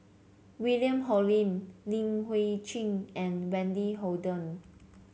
William Hoalim Li Hui Cheng and Wendy Hutton